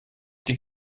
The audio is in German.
die